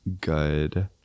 good